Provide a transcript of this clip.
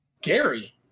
Gary